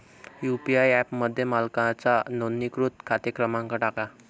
UPI ॲपमध्ये मालकाचा नोंदणीकृत खाते क्रमांक टाका